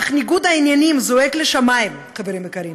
אך ניגוד העניינים זועק לשמיים, חברים יקרים.